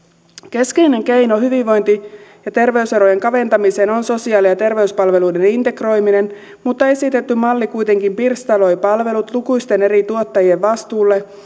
keskeinen keino hyvinvointi ja ter veyserojen kaventamiseen on sosiaali ja terveyspalveluiden integroiminen mutta esitetty malli kuitenkin pirstaloi palvelut lukuisten eri tuottajien vastuulle